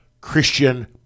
Christian